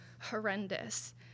horrendous